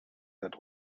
had